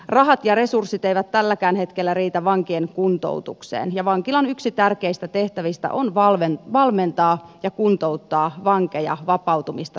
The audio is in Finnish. rahat ja resurssit eivät tälläkään hetkellä riitä vankien kuntoutukseen ja vankilan yksi tärkeistä tehtävistä on valmentaa ja kuntouttaa vankeja vapautumista silmällä pitäen